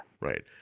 Right